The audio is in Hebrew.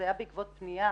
זה היה בעקבות פנייה